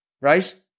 Right